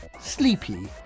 sleepy